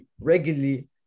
regularly